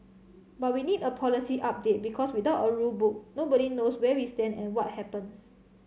but we need a policy update because without a rule book nobody knows where we stand and what happens